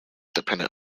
dependent